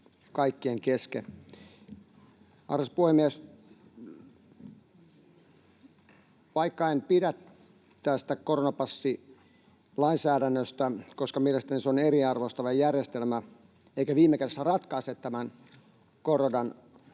Arvoisa puhemies! Vaikka en pidä tästä koronapassilainsäädännöstä, koska mielestäni se on eriarvoistava järjestelmä eikä viime kädessä ratkaise koronan